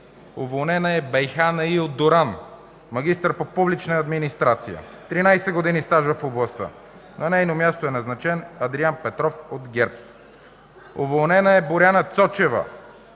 Уволнена е Бейха Наил Дуран – магистър по публична администрация”, 13 години стаж в областта. На нейно място е назначен Адриан Петров от ГЕРБ. Уволнена е Боряна Цочева